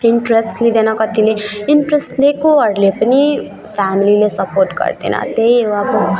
interest लिँइदैन कतिले interest लिएकोहरूले पनि फ्यामिलीले सपोर्ट गर्दैन त्यही हो अब